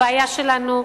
הבעיה שלנו,